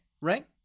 right